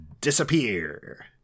disappear